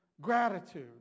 gratitude